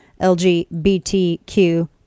LGBTQ